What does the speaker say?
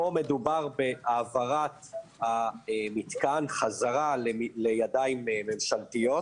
פה מדובר בהעברת המתקן חזרה לידיים ממשלתיות,